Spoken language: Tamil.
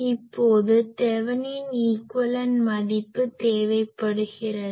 இப்போது தெவெனின் ஈக்வேலன்ட் மதிப்பு தேவைப்படுகிறது